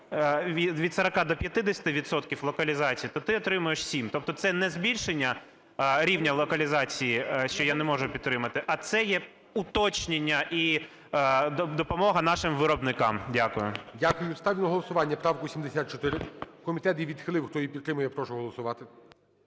відсотків локалізації, то ти отримуєш 7. Тобто це не збільшення рівня локалізації, що я не можу підтримати, а це є уточнення і допомога нашим виробникам. Дякую. ГОЛОВУЮЧИЙ. Дякую. Ставлю на голосування правку 74. Комітет її відхилив. Хто її підтримує, я прошу голосувати.